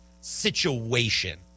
situation